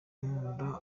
nkunda